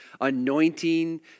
anointing